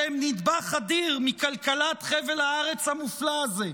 שהם נדבך אדיר בכלכלת חבל הארץ המופלא הזה.